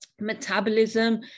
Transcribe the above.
metabolism